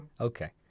Okay